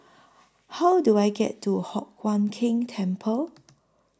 How Do I get to Hock Huat Keng Temple